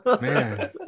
Man